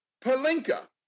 Palenka